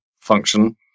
function